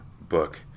book